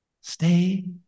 Stay